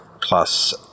Plus